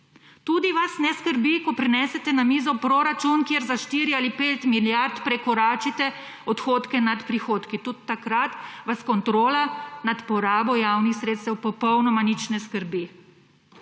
Tudi vas ne skrbi, ko prinesete na mizo proračun kjer za štiri ali pet milijard prekoračite odhodne nad prihodki. Tudi takrat vas kontrola nad porabo javnih sredstev popolnoma nič ne skrbi.